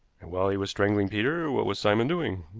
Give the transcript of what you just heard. and while he was strangling peter, what was simon doing?